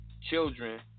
children